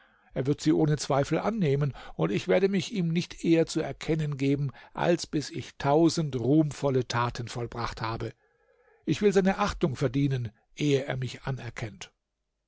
er wird sie ohne zweifel annehmen und ich werde mich ihm nicht eher zu erkennen geben als bis ich tausend ruhmvolle taten vollbracht habe ich will seine achtung verdienen ehe er mich anerkennt